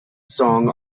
song